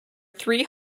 three